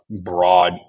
broad